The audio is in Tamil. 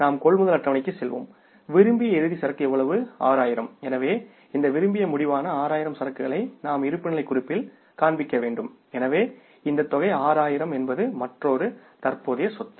நாம் கொள்முதல் அட்டவணைக்கு செல்வோம் விரும்பிய இறுதி சரக்கு எவ்வளவு 6000 எனவே இந்த விரும்பிய முடிவான 6000 சரக்குகளை நாம் இருப்புநிலைக் குறிப்பில் காண்பிக்க வேண்டும் எனவே இந்த தொகை 6000 என்பது மற்றொரு தற்போதைய சொத்து